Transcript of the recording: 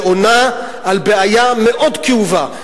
ועונה על בעיה מאוד כאובה.